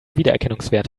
wiedererkennungswert